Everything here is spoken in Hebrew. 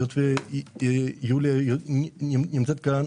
היות ויוליה נמצאת כאן,